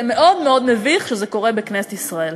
זה מאוד מאוד מביך כשזה קורה בכנסת ישראל.